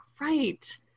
right